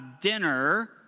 dinner